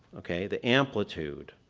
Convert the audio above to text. okay, the amplitude,